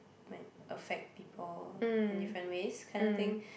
might affect people in different ways kind of thing